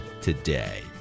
today